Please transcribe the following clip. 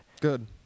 Good